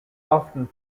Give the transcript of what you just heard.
often